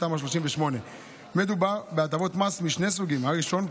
תמ"א 38. מדובר בהטבות מס משני סוגים: הראשון,